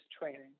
training